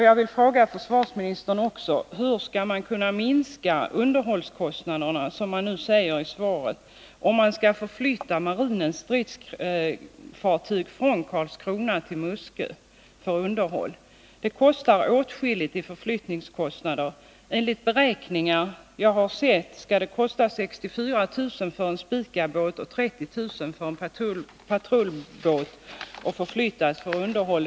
Jag vill fråga försvarsministern: Hur skall man kunna minska underhållskostnaderna, som försvarsministern säger i svaret, om man skall förflytta marinens stridsfartyg från Karlskrona till Muskö för underhåll? Det kostar åtskilligt i förflyttningskostnader. Enligt beräkningar som jag har sett skall det kosta 64 000 kr. att förflytta en Spica-båt och 30 000 kr. att förflytta en patrullbåt för underhåll.